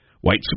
White